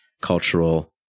cultural